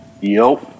Yo